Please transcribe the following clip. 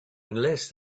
unless